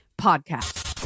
Podcast